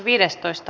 asia